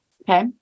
Okay